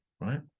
right